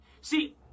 See